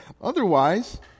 Otherwise